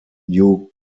new